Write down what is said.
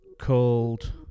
called